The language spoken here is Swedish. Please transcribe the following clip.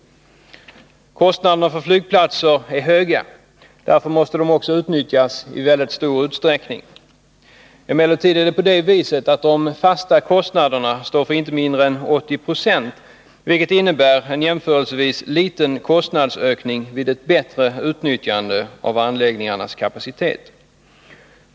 Kostnaderna för flygplatser är höga. Därför måste de också utnyttjas i mycket stor utsträckning. Emellertid är det på det viset att de fasta kostnaderna uppgår till inte mindre än 80 26 vilket innebär en jämförelsevis liten kostnadsökning vid ett bättre utnyttjande av anläggningarnas kapacitet.